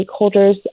stakeholders